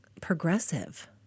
progressive